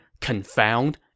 confound